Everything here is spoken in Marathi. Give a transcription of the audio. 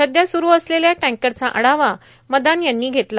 सध्या सुरू असलेल्या टँकरचा आढावा मदान यांनी घेतला